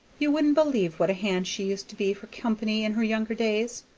you wouldn't believe what a hand she used to be for company in her younger days.